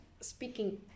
speaking